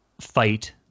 fight